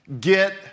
Get